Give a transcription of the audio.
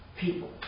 people